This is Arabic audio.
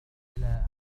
إلى